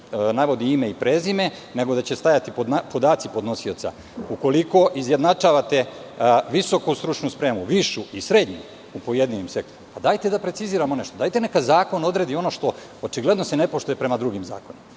navodi ime i prezime, nego da će stajati podaci podnosioca, ukoliko izjednačavate visoku stručnu spremu, višu i srednju u pojedinim sektorima, dajte da preciziramo nešto. Dajte neka zakon odredi ono što se očigledno ne poštuje prema drugim zakonima.